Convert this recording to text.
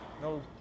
no